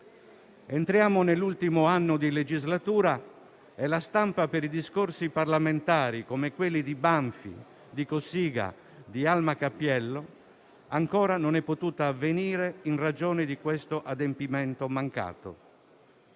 Entriamo nell'ultimo anno di legislatura e la stampa di discorsi parlamentari come quelli di Banfi, di Cossiga, di Alma Capiello ancora non è potuta avvenire, in ragione di questo adempimento mancato.